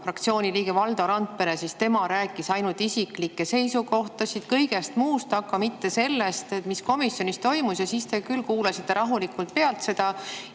fraktsiooni liige Valdo Randpere, siis tema rääkis ainult isiklikest seisukohtadest ja kõigest muust, aga mitte sellest, mis komisjonis toimus. Siis te küll kuulasite rahulikult seda